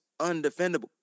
undefendable